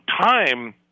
time